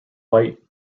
white